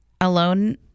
alone